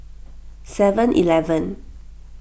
Seven Eleven